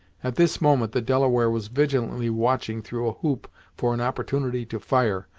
at this moment the delaware was vigilantly watching through a loop for an opportunity to fire,